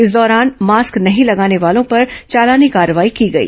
इस दौरान मास्क नहीं लगाने वालों पर चालानी कार्रवाई की गई